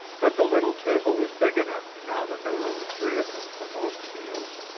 but the little table was big enough now that there were only three of them for most meals.